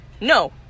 no